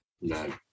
No